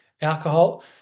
alcohol